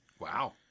Wow